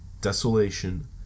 desolation